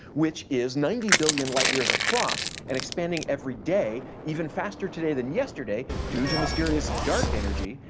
which is ninety billion light years across and expanding every day, even faster today than yesterday due to mysterious dark energy,